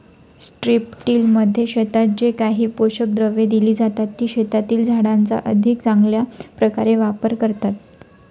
स्ट्रिपटिलमध्ये शेतात जे काही पोषक द्रव्ये दिली जातात, ती शेतातील झाडांचा अधिक चांगल्या प्रकारे वापर करतात